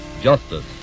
Justice